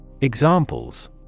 Examples